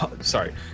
Sorry